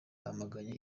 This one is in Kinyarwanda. bamaganye